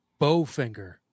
Bowfinger